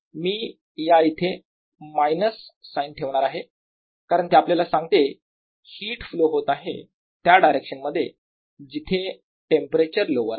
मी या येथे minus sign ठेवणार आहे कारण ते आपल्याला सांगते हिट फ्लो होत आहे त्या डायरेक्शन मध्ये जिथे टेंपरेचर लोवर आहे